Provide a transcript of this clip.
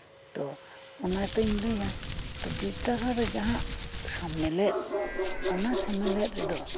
ᱛᱚ ᱚᱱᱟᱛᱮᱧ ᱞᱟᱹᱭᱟ ᱵᱤᱨᱫᱟᱹᱜᱟᱲ ᱨᱮ ᱡᱟᱦᱟᱸ ᱥᱮᱢᱞᱮᱫᱚᱱᱟ ᱥᱮᱢᱞᱮᱫ ᱨᱮᱫᱚ